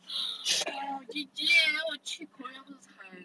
siao G_G eh oh 去 korea 不是惨